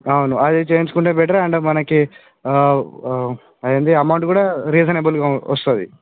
అవును అది చేయించుకుంటే బెటర్ అండ్ మనకి ఏంది అమౌంట్ కూడా రీజనబుల్గా వస్తుంది